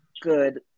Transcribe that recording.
good